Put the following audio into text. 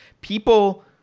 people